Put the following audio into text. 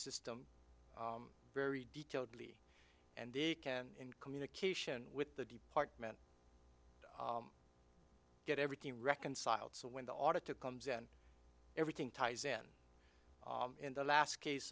system very detailed lee and they can in communication with the department get everything reconciled so when the audit to comes then everything ties in in the last case